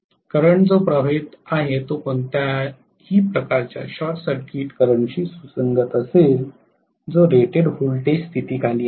current जो प्रवाहित आहे तो कोणत्याही प्रकारच्या शॉर्ट सर्किट करंटशी सुसंगत असेल जो रेटेड व्होल्टेज स्थितीखाली आहे